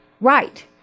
right